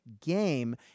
game